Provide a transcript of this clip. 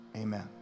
Amen